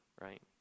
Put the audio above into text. right